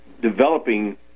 developing